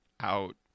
out